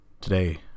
Today